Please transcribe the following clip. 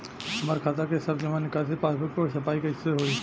हमार खाता के सब जमा निकासी पासबुक पर छपाई कैसे होई?